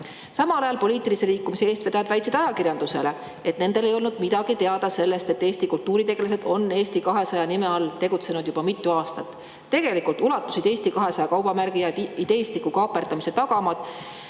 Samal ajal väitsid poliitilise liikumise eestvedajad ajakirjandusele, et nendele ei olnud midagi teada sellest, et Eesti kultuuritegelased on Eesti 200 nime all tegutsenud juba mitu aastat. Tegelikult ulatuvad Eesti 200 kaubamärgi ideestiku kaaperdamise tagamaad